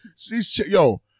yo